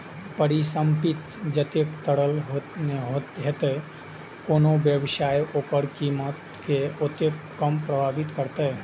परिसंपत्ति जतेक तरल हेतै, कोनो व्यापार ओकर कीमत कें ओतेक कम प्रभावित करतै